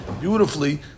beautifully